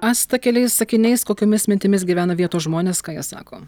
asta keliais sakiniais kokiomis mintimis gyvena vietos žmonės ką jie sako